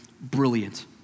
brilliant